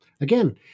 again